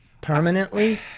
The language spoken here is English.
permanently